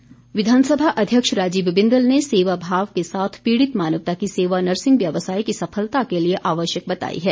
बिंदल विधानसभा अध्यक्ष राजीव बिंदल ने सेवा भाव के साथ पीड़ित मानवता की सेवा नर्सिंग व्यवसाय की सफलता के लिए आवश्यक बताई है